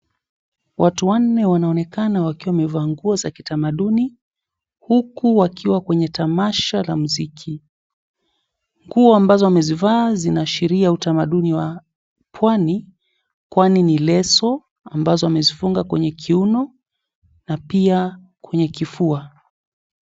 Watu wanne wanaonekana wakiwa wamevaa nguo za kitamaduni huku wakiwa kwenye tamasha la mziki, nguo ambazo wamezivaa zinaashiria utamaduni wa pwani kwani ni leso ambazo wamezifunga kwenye kiuno na pia kwenye kifua.